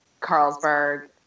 Carlsberg